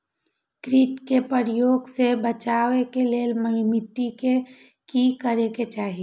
किट के प्रकोप से बचाव के लेल मिटी के कि करे के चाही?